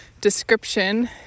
description